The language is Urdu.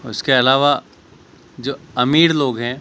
اس کے علاوہ جو امیر لوگ ہیں